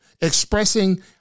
expressing